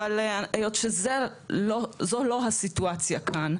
אבל היות שזו לא הסיטואציה כאן,